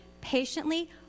patiently